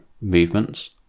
movements